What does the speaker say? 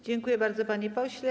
Dziękują bardzo, panie pośle.